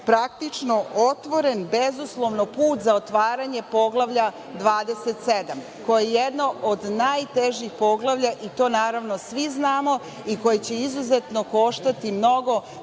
praktično otvoren bezuslovno put za otvaranje Poglavlja 27, koje je jedno od najtežih poglavlja i to, naravno, svi znamo i koje će izuzetno koštati mnogo,